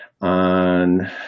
on